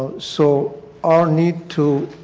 so our need to